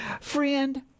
Friend